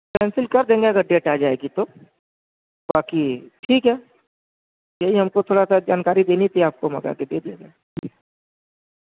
cancel کر دیں گے اگر ڈیٹ آ جائے گی تو باقی ٹھیک ہے یہی ہم کو تھوڑا سا جانکاری دینی تھی آپ کو میں کہا کہ دے دیتے ہیں